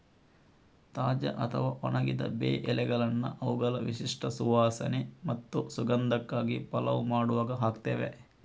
ತಾಜಾ ಅಥವಾ ಒಣಗಿದ ಬೇ ಎಲೆಗಳನ್ನ ಅವುಗಳ ವಿಶಿಷ್ಟ ಸುವಾಸನೆ ಮತ್ತು ಸುಗಂಧಕ್ಕಾಗಿ ಪಲಾವ್ ಮಾಡುವಾಗ ಹಾಕ್ತೇವೆ